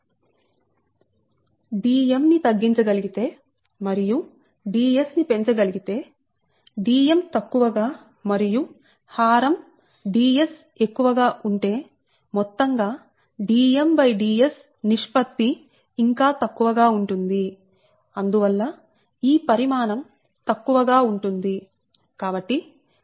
Dm ని తగ్గించగలిగితే మరియు Ds ని పెంచగలిగితే Dm తక్కువ గా మరియు హారం Ds ఎక్కువ గా ఉంటే మొత్తంగా DmDs నిష్పత్తి ఇంకా తక్కువ గా ఉంటుంది అందువల్ల ఈ పరిమాణం తక్కువ గా ఉంటుంది